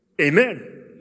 Amen